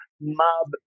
mob